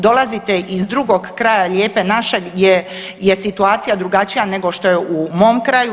Dolazite iz drugog kraja lijepe naše gdje je situacija drugačija nego što je u mom kraju.